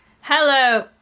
Hello